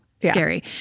scary